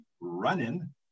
running